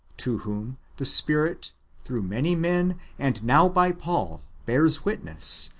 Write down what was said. to whom the spirit through many men, and now by paul, bears witness,